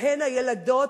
שבהם הילדות,